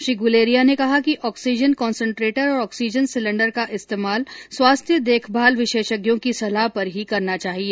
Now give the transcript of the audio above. श्री गुलेरिया ने कहा कि ऑक्सीजन कन्संन्ट्रेटर और ऑक्सीजन सिलेंडर का इस्तेमाल स्वास्थ्य देखभाल विशेषज्ञों की सलाह पर ही करना चाहिए